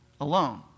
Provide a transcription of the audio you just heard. alone